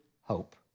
hope